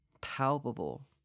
palpable